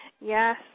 Yes